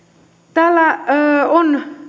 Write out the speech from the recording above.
täällä on